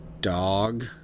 dog